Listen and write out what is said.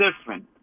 different